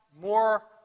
more